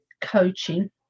coaching